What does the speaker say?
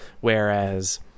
whereas